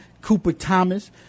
Cooper-Thomas